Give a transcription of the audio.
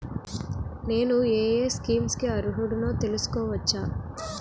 నేను యే యే స్కీమ్స్ కి అర్హుడినో తెలుసుకోవచ్చా?